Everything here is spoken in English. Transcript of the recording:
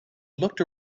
looked